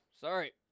Sorry